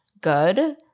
good